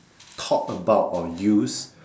talk about or use